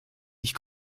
ich